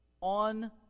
on